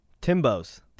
Timbo's